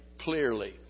clearly